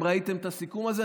אם ראיתן את הסיכום הזה.